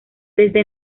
desde